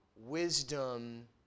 wisdom